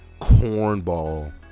cornball